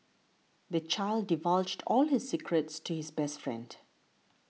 the child divulged all his secrets to his best friend